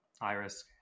iris